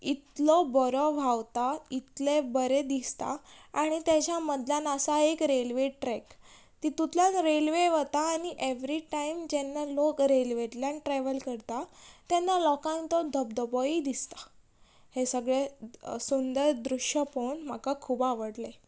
इतलो बोरो व्हांवता इतलें बरें दिसता आनी तेज्या मदल्यान आसा एक रेल्वे ट्रॅक तितुतल्यान रेल्वे वता आनी एवरी टायम जेन्ना लोग रेल्वेंतल्यान ट्रॅवल करता तेन्ना लोकांक तो धबधबोय दिसता हें सगळें सुंदर दृश्य पोवन म्हाका खूब आवडलें